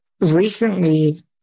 recently